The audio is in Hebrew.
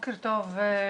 בוקר טוב לכולם.